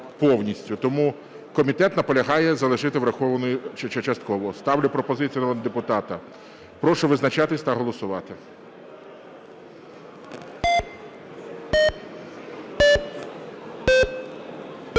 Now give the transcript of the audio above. Тому комітет наполягає залишити врахованою частково. Ставлю пропозицію народного депутата. Прошу визначатись та голосувати.